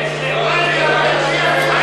מה עם ירדן?